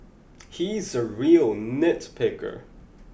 he is a real nitpicker